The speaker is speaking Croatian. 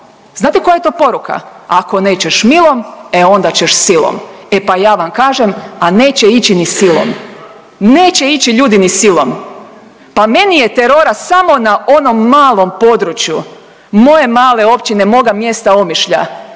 Znate koja je to poruka? Ako nećeš milom, e onda ćeš silom, e pa ja vam kažem, a neće ići ni silom. Neće ići ljudi ni silom. Pa meni je terora samo na onom malom području moje male općine, moga mjesta Omišlja